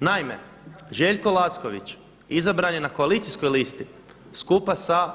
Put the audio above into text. Naime, Željko Lacković izabran je na koalicijskoj listi skupa sa